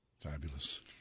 Fabulous